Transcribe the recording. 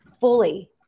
fully